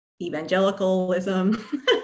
evangelicalism